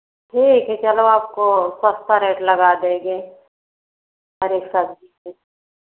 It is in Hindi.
ठीक है चलो आपको सस्ता रेट लगा देंगे सारी सब्ज़ी का